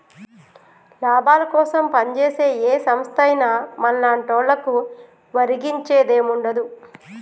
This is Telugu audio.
లాభాలకోసం పంజేసే ఏ సంస్థైనా మన్లాంటోళ్లకు ఒరిగించేదేముండదు